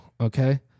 okay